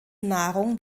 nahrung